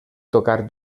tocar